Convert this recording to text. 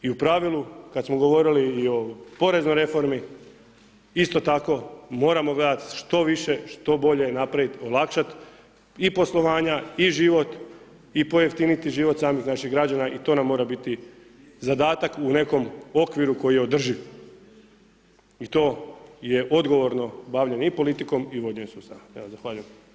I u pravilu kada smo govorili i o poreznoj reformi isto tako moramo gledati što više, što bolje napraviti i poslovanja i život i pojeftiniti život samih naših građana i to na mora biti zadatak u nekom okviru koji je održiv i to je odgovorno bavljenje i politikom i vođenje sustava.